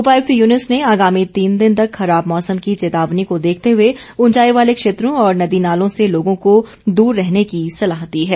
उपायुक्त युनूस ने आगामी तीन दिन तक खराब मौसम की चेतावनी को देखते हए ऊंचाई वाले क्षेत्रों और नदी नालों से लोगों को दूर रहने की सलाह दी है